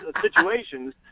situations